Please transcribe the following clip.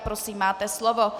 Prosím, máte slovo.